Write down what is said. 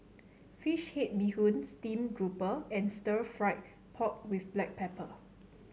fish head Bee Hoon stream grouper and Stir Fried Pork with Black Pepper